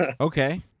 okay